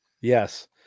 Yes